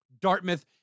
Dartmouth